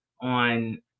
on